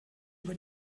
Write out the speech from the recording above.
über